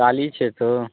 ଚାଲିଛେ ତ